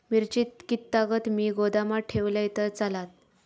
मिरची कीततागत मी गोदामात ठेवलंय तर चालात?